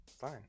fine